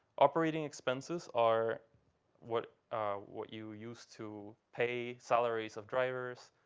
operating expenses are what what you used to pay salaries of drivers,